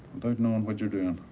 without knowing what you're doing.